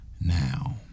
Now